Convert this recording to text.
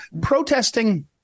protesting